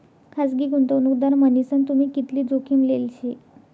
खासगी गुंतवणूकदार मन्हीसन तुम्ही कितली जोखीम लेल शे